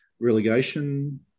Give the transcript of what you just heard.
relegation